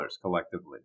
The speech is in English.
collectively